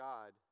God